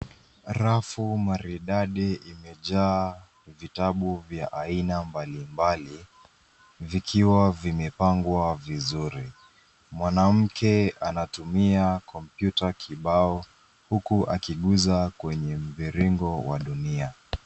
Rafu maridadi imejaa vitabu vya aina mbalimbali vikiwa vimepangwa vizuri. Mwanamke anatumia kompyuta kibao huku akiguza kwenye mviringi wa dunia.